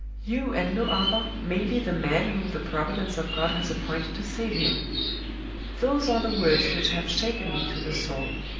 you, and no other, may be the man whom the providence of god has appointed to save him those are the words which have shaken me to the soul.